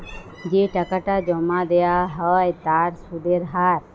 যে টাকাটা জমা দেয়া হ্য় তার সুধের হার